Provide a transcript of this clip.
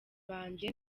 banjye